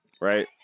Right